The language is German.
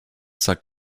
sagt